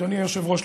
אדוני היושב-ראש,